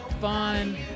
fun